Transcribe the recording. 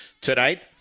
tonight